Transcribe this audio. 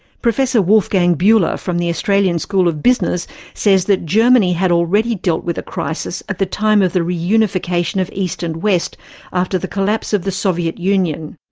professor wolfgang buehler from the australian school of business says that germany had already dealt with a crisis at the time of the reunification of east and west after the collapse of the soviet union.